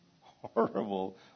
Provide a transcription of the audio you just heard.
horrible